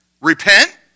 Repent